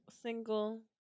Single